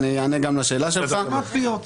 אפשר לומר שזאת הפשרה הסבירה